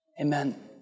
Amen